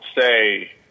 say